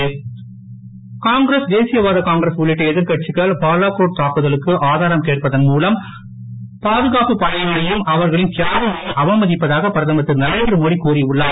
Modi Congress தேசிய வாத Congress உள்ளிட்ட எதிர்கட்சிகள் பாலாகோட் தாக்குதலுக்கு ஆதாரம் கேட்பதன் மூலம் பாதுகாப்பு படையினரையும் அவர்களின் தியாகங்களையும் அவமதிப்பதாக பிரதமர் திரு நரேந்திரமோடி கூறி உள்ளார்